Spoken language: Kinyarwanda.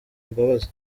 imbabazi